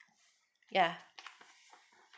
ya